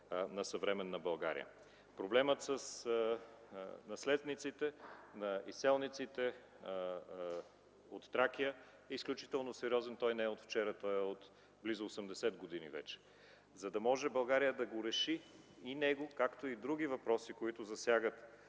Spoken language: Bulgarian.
на съвременна България. Проблемът с наследниците на изселниците от Тракия е изключително сериозен, не е от вчера – той е от близо 80 години. За да може България да реши и него, както и други въпроси, които засягат